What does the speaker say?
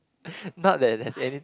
not that there's any